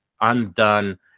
undone